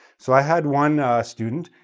so, i had one student.